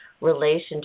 relationship